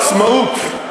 שלנו?